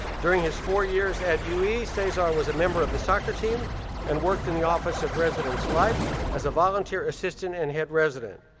during his four years at ue, cesar was a member of the soccer team and worked in the office of residence life as a volunteer assistant and head resident.